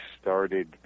started